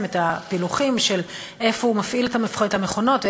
את הפילוחים של איפה הוא מפעיל את המכונות או